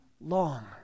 long